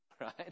Right